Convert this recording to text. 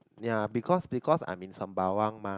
ya because because I in Sembawang mah